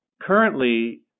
currently